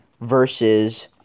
versus